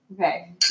Okay